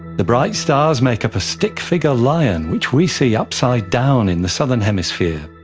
the bright stars make up a stick figure lion which we see upside down in the southern hemisphere.